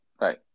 Right